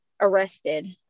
arrested